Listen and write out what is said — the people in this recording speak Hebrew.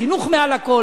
החינוך מעל לכול,